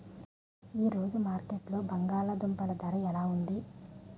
ఈ రోజు మార్కెట్లో బంగాళ దుంపలు ధర ఎలా ఉంది?